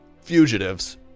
fugitives